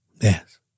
Yes